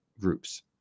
groups